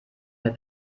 mit